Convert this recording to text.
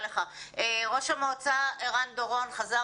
ראש המועצה ערן דורון חזר